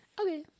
Okay